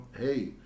Hey